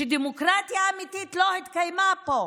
שדמוקרטיה אמיתית לא התקיימה פה.